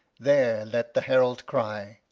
there let the herald cry.